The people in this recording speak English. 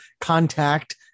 contact